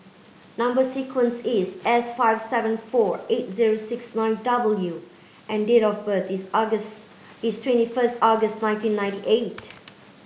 number sequence is S five seven four eight zero six nine W and date of birth is August is twenty first August nineteen ninety eight